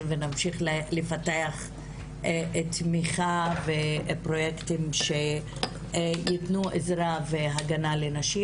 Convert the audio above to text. ונמשיך לפתח תמיכה ופרויקטים שייתנו עזרה והגנה לנשים,